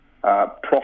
profit